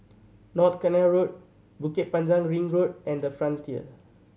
North Canal Road Bukit Panjang Ring Road and The Frontier